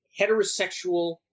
heterosexual